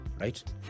right